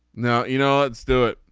now you know it's the were